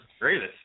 greatest